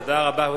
תודה רבה.